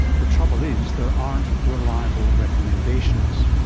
the trouble is, there aren't reliable recommendations.